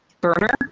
burner